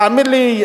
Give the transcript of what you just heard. תאמין לי,